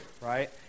Right